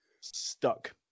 stuck